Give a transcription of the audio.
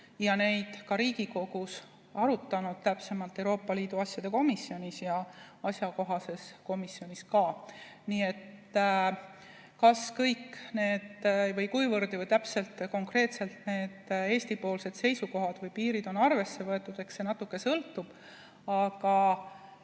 ja neid ka Riigikogus arutanud, täpsemalt Euroopa Liidu asjade komisjonis ja asjakohases komisjonis ka. Kas kõik need või kui täpselt, konkreetselt need Eesti-poolsed seisukohad või piirid on arvesse võetud, eks see natuke sõltub